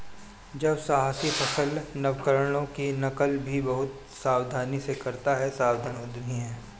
जब साहसी सफल नवकरणों की नकल भी बहुत सावधानी से करता है सावधान उद्यमी है